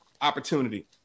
opportunity